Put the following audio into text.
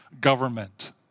government